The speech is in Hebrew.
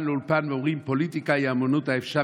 לאולפן ואומרים: פוליטיקה היא אומנות האפשר.